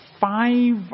five